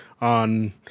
on